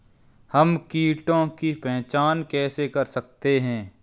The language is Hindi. हम कीटों की पहचान कैसे कर सकते हैं?